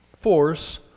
force